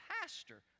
pastor